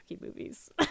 movies